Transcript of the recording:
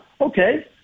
okay